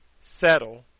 settle